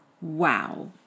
Wow